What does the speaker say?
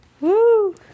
Woo